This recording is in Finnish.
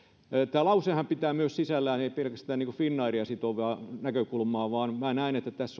tämä lausehan ei pidä sisällään pelkästään finnairia sitovaa näkökulmaa vaan minä näen että tässä